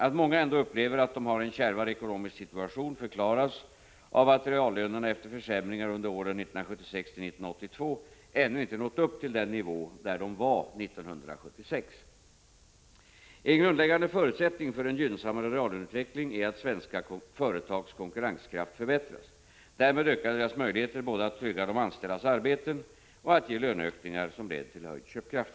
Att många ändå upplever att de har en kärvare ekonomisk situation förklaras av att reallönerna efter försämringarna under åren 1976 till 1982 ännu inte nått upp till den nivå där de var 1976. En grundläggande förutsättning för en gynnsammare reallöneutveckling är att svenska företags konkurrenskraft förbättras. Därmed ökar deras möjligheter både att trygga de anställdas arbeten och att ge lönehöjningar som leder till ökad köpkraft.